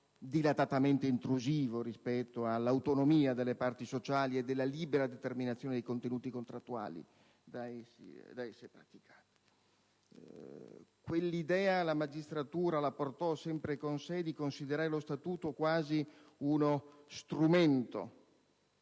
dilatatamente intrusivo rispetto all'autonomia delle parti sociali e alla libera determinazione dei contenuti contrattuali da esse praticate. La magistratura portò sempre con sé l'idea di considerare lo Statuto quasi uno strumento